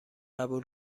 قبول